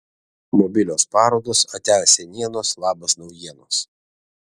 mobilios parodos atia senienos labas naujienos